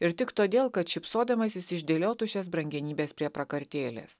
ir tik todėl kad šypsodamasis išdėliotų šias brangenybes prie prakartėlės